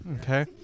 okay